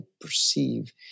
perceive